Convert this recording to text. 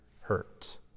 hurt